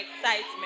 excitement